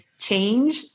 change